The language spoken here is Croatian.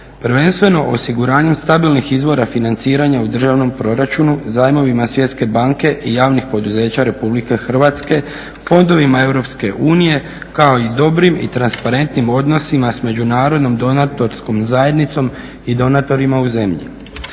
Prvenstveno osiguranjem stabilnih izvora financiranja u državnom proračunu, zajmovima Svjetske banke i javnih poduzeća Republike Hrvatske, fondovima Europske unije, kao i dobrim i transparentnim odnosima s međunarodnom donatorskom zajednicom i donatorima u zemlji.